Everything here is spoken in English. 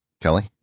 Kelly